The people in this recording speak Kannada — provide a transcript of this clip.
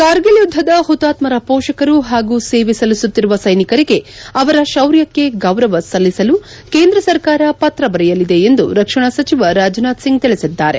ಕಾರ್ಗಿಲ್ ಯುಧ್ರದ ಪುತಾತ್ರರ ಪೋಷಕರು ಹಾಗೂ ಸೇವೆ ಸಲ್ಲಿಸುತ್ತಿರುವ ಸ್ಸೆನಿಕರಿಗೆ ಅವರ ಶೌರ್ಯಕ್ಕೆ ಗೌರವ ಸಲ್ಲಿಸಲು ಕೇಂದ್ರ ಸರ್ಕಾರ ಪತ್ರ ಬರೆಯಲಿದೆ ಎಂದು ರಕ್ಷಣಾ ಸಚಿವ ರಾಜನಾಥ್ ಸಿಂಗ್ ತಿಳಿಸಿದ್ದಾರೆ